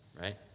right